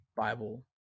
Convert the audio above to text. Bible